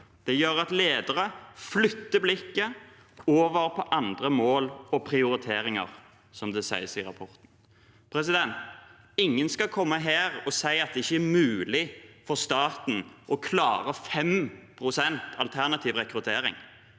Det gjør at ledere flytter blikket over på andre mål og prioriteringer, som det sies i rapporten. Ingen skal komme her og si at det ikke er mulig for staten å klare 5 pst. alternativ rekruttering,